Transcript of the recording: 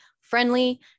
friendly